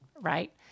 right